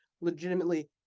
legitimately